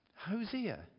Hosea